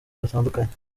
batandukanye